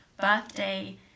birthday